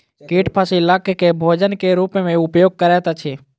कीट फसील के भोजन के रूप में उपयोग करैत अछि